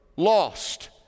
Lost